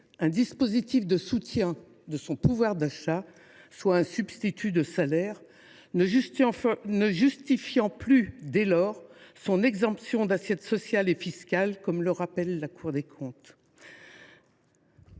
un dispositif de soutien au pouvoir d’achat, soit un substitut de salaire ne justifiant plus, dès lors, son exemption de prélèvements sociaux et fiscaux, comme le rappelle la Cour des comptes.